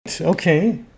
Okay